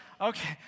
Okay